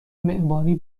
معماری